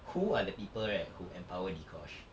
who are the people right who empower dee kosh